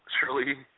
surely